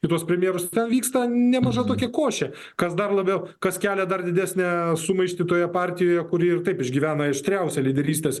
į tuos premjerus ten vyksta nemaža tokia košė kas dar labiau kas kelia dar didesnę sumaištį toje partijoje kuri ir taip išgyvena aštriausią lyderystės